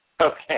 Okay